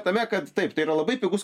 tame kad taip tai yra labai pigus